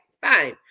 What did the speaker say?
fine